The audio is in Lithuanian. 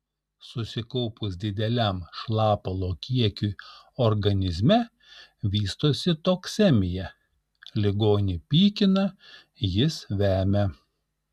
susikaupus dideliam šlapalo kiekiui organizme vystosi toksemija ligonį pykina jis vemia